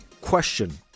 question